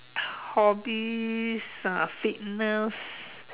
hobbies uh fitness